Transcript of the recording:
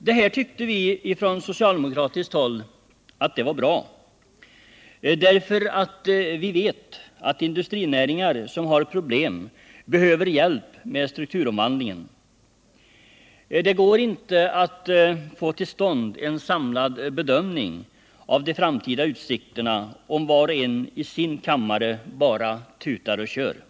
Det här tyckte vi från socialdemokratiskt håll var bra, därför att vi vet att industrinäringar som har problem behöver hjälp med strukturomvandlingen. Det går inte att få till stånd en samlad bedömning av de framtida utsikterna, om var och en bara tutar och kör själv.